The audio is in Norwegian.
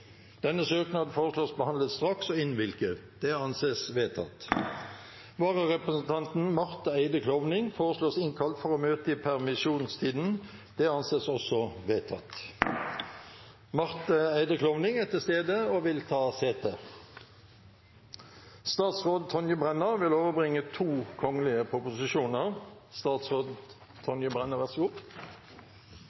Vararepresentanten, Marte Eide Klovning , innkalles for å møte i permisjonstiden. Marte Eide Klovning er til stede og vil ta sete.